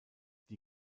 die